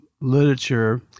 literature